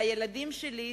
והילדים שלי,